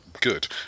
good